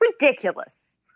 Ridiculous